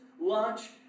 lunch